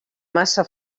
massa